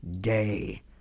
day